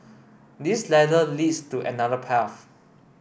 this ladder leads to another path